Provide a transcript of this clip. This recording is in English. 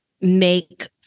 make